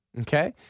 Okay